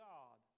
God